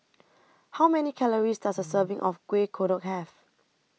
How Many Calories Does A Serving of Kueh Kodok Have